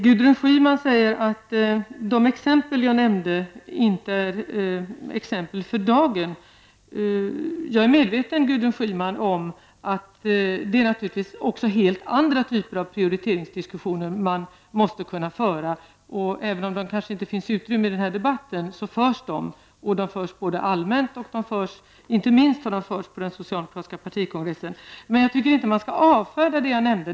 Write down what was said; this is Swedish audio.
Gudrun Schyman säger att de exempel jag nämnde inte är exempel för dagen. Jag är medveten om, Gudrun Schyman, att det naturligtvis också är helt andra typer av prioriteringsdiskussioner man måste kunna föra. Även om det inte finns utrymme för dem i den här debatten förs de. De förs allmänt och inte minst har de förts på den socialdemokratiska partikongressen. Men jag tycker inte att man skall avfärda det jag nämnde.